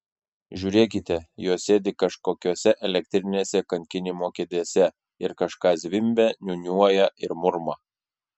žiūrėkite jos sėdi kažkokiose elektrinėse kankinimo kėdėse ir kažką zvimbia niūniuoja ir murma